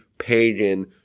pagan